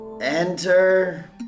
Enter